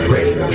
Radio